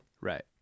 Right